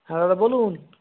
হ্যাঁ দাদা বলুন